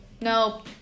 No